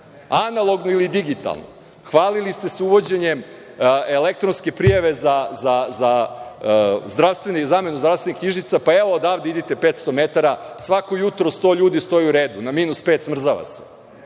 građane? Analogno ili digitalno? Hvalili ste se uvođenjem elektronske prijave za zamenu zdravstvenih knjižica. Pa, evo, odavde idite 500 metara, svako jutro sto ljudi stoji u redu na minus pet i smrzava se.